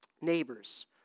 neighbors